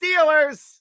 Steelers